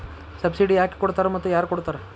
Subsidy ಯಾಕೆ ಕೊಡ್ತಾರ ಮತ್ತು ಯಾರ್ ಕೊಡ್ತಾರ್?